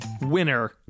Winner